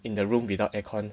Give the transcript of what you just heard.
in the room without air con